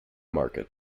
market